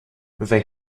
they